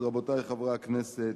רבותי חברי הכנסת,